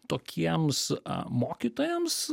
tokiems mokytojams